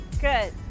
Good